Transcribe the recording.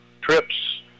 Trips